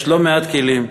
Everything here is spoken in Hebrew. יש לא מעט כלים.